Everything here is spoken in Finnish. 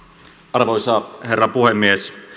arvoisa herra puhemies